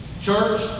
Church